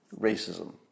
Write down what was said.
racism